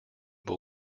will